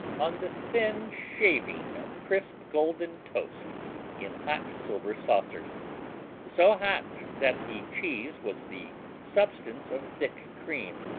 on the thin shaving of crisp, golden toast in hot silver saucers so hot that the cheese was the substance of thick cream,